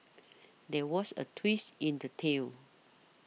there was a twist in the tale